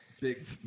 Big